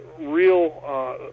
real